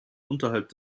unterhalb